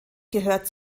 gehört